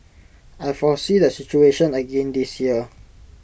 I foresee the situation again this year